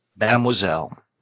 Mademoiselle